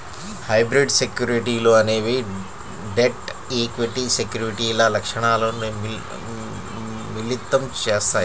hybrid సెక్యూరిటీలు అనేవి debt, equity సెక్యూరిటీల లక్షణాలను మిళితం చేత్తాయి